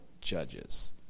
judges